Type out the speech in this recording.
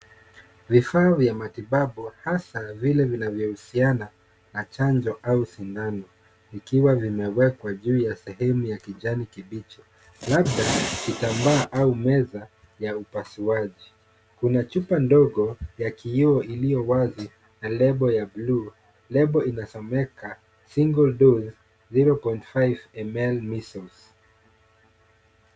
Vifaa vya matibabu hasa vile vinavyohusiana na chanjo au sindani, ikiwa vimewekwa juu ya sehemu ya kijani kibiche, labda kitambaa au meza ya upasuaji. Kuna chupa ndogo ya kioo iliyo wazi na lebo ya bluu, lebo inasomeka Single dose 0.5 mL missiles .